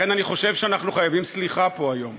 לכן אני חושב שאנחנו חייבים סליחה פה, היום.